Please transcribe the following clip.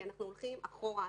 כי אנחנו הולכים אחורה.